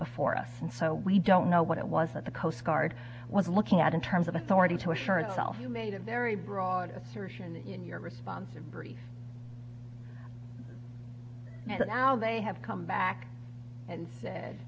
before us and so we don't know what it was that the coast guard was looking at in terms of authority to assure unself you made a very broad assertion in your response and briefed by and now they have come back and said